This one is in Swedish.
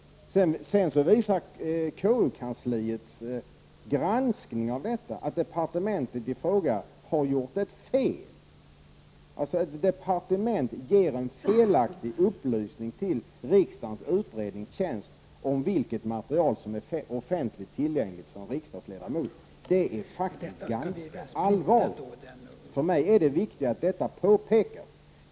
Sedan visar KU-kansliets granskning av detta att departementet i fråga har gjort ett fel. Ett departement ger en felaktig upplysning till riksdagens utredningstjänst om vilket material som är offentligt tillgängligt för en riksdagsledamot. Det är faktiskt ganska allvarligt! För mig är det viktigt att detta påpekas.